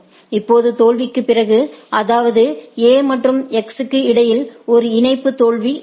இப்போது தோல்விக்குப் பிறகு அதாவது A மற்றும் X க்கு இடையில் ஒரு இணைப்பு தோல்வி உள்ளது